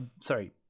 sorry